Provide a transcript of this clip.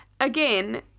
again